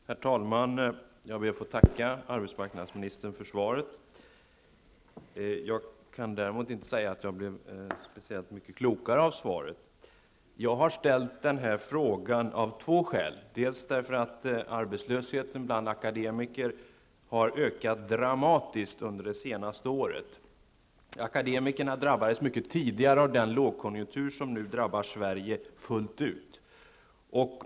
Herr talman! Jag ber att få tacka arbetsmarknadsministern för svaret. Jag kan däremot inte säga att jag blev speciellt mycket klokare av svaret. Jag ställde denna fråga av två skäl: Det första var att arbetslösheten bland akademiker har ökat dramatiskt under det senaste året. Akademikerna drabbades mycket tidigare av den lågkonjunktur som nu drabbar Sverige fullt ut.